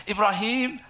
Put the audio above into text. Ibrahim